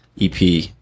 EP